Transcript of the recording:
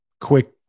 quick